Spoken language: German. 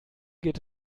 geht